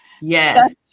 Yes